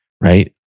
Right